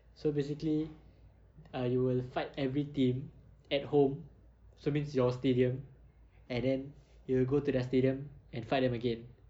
so basically uh you will fight every team at home so means your stadium and then you will go to their stadium and fight them again